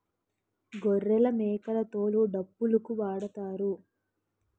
గొర్రెలమేకల తోలు డప్పులుకు వాడుతారు